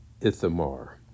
Ithamar